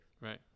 right